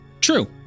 true